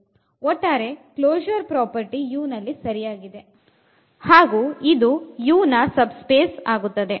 ಒಟ್ಟಾರೆ closure property U ನಲ್ಲಿ ಸರಿಯಾಗಿದೆ ಹಾಗು ಇದು U ನ ಸಬ್ ಸ್ಪೇಸ್ ಆಗುತ್ತದೆ